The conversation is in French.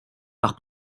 par